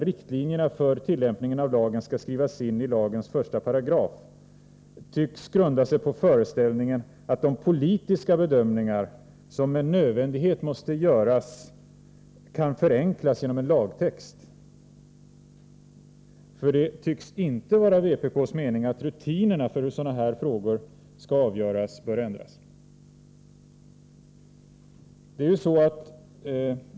riktlinjerna för tillämpning av lagen skall skrivas in i lagens första paragraf tycks grunda sig på föreställningen att de politiska bedömningar som med nödvändighet måste göras kan förenklas genom en lagtext. Det tycks inte vara vpk:s mening att rutinerna för hur sådana här frågor skall avgöras bör ändras.